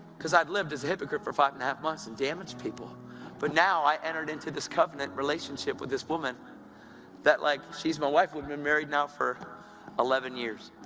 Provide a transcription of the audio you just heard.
because i had lived as a hypocrite for five and a half months, and damaged people but now, i entered into this covenant relationship with this woman like she's my wife, we've been married now for eleven years.